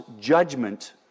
judgment